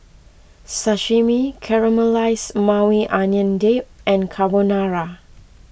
Sashimi Caramelized Maui Onion Dip and Carbonara